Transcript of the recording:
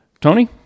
Tony